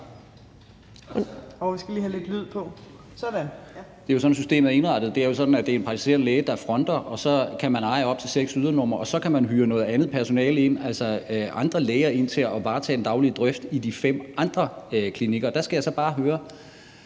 Det er jo sådan, systemet er indrettet. Det er jo sådan, at det er en praktiserende læge, der fronter, og så kan man eje op til seks ydernumre, og så kan man hyre noget andet personale, altså andre læger, ind til at varetage den daglige drift i de fem andre klinikker, og der skal jeg så bare høre